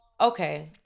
okay